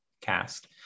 cast